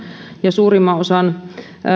ja suurimman osan